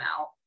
out